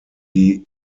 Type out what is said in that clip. die